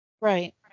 Right